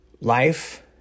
Life